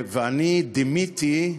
ואני דימיתי,